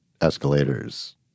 escalators